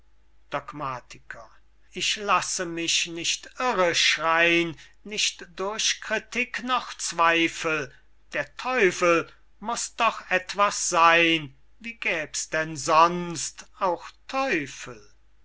ich lasse mich nicht irre schreyn nicht durch critik noch zweifel der teufel muß doch etwas seyn wie gäb's denn sonst auch teufel